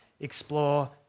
explore